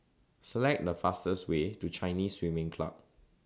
Select The fastest Way to Chinese Swimming Club